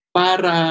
para